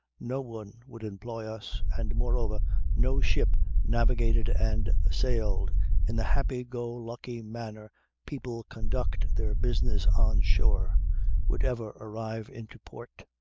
no one would employ us. and moreover no ship navigated and sailed in the happy-go lucky manner people conduct their business on shore would ever arrive into port.